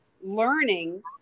learning